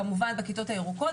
כמובן בכיתות הירוקות,